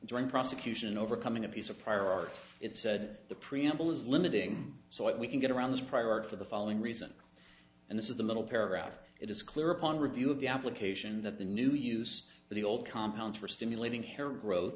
during prosecution overcoming a piece of prior art it said the preamble is limiting so we can get around this priority for the following reason and this is the little paragraph it is clear upon review of the application that the new use for the old compounds for stimulating hair grow